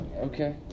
Okay